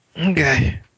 okay